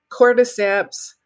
cordyceps